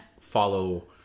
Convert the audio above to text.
follow